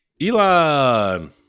elon